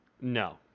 No